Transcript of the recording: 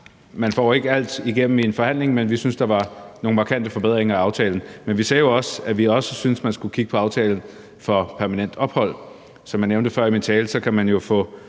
Man får ikke alt igennem i en forhandling, men vi synes, der var nogle markante forbedringer af aftalen. Men vi sagde jo også, at vi også syntes, man skulle kigge på aftalen om permanent ophold. Som jeg nævnte før i min tale, kan man jo få